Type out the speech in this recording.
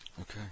Okay